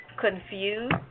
confused